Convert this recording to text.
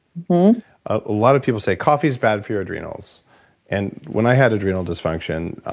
a lot of people say coffee's bad for your adrenals and when i had adrenal disfunction,